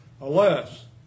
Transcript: Alas